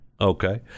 okay